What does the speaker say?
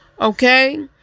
Okay